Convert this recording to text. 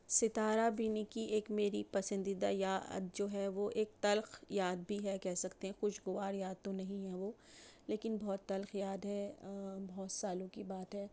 ستارہ بینی کی ایک میری پسندیدہ یاد جو ہے وہ ایک تلخ یاد بھی ہے کہہ سکتے ہیں خوشگور یاد تو نہیں ہے وہ لیکن بہت تلخ یاد ہے بہت سالوں کی بات ہے